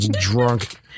drunk